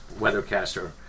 weathercaster